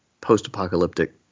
post-apocalyptic